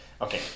Okay